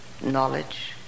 knowledge